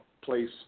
place